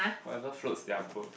whatever floats their boat